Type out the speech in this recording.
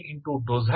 ∂y ಸಿಗುತ್ತದೆ